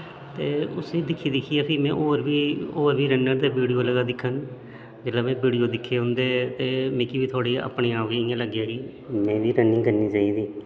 ते उसी दिक्खी दिक्खियै में होर बी होर बी रनर दे वीडियो लगा दिक्खन जिसलै में वीडियो दिक्खे उन्दे ते मिकी बी थोह्ड़ी अपनी आप गी इ'यां लग्गेआ कि में बी रनिंग करनी चाहिदी